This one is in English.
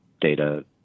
data